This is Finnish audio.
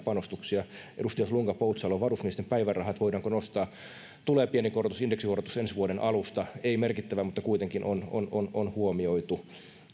panostuksia edustaja slunga poutsalo varusmiesten päivärahat voidaanko nostaa tulee pieni korotus indeksikorotus ensi vuoden alusta ei merkittävä mutta kuitenkin on on huomioitu